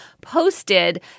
posted